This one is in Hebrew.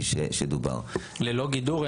ללא גידור?